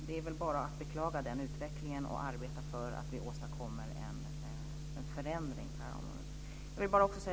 Det är väl bara att beklaga den utvecklingen och arbeta för att åstadkomma en förändring på det området.